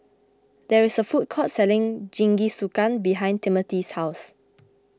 there is a food court selling Jingisukan behind Timothy's house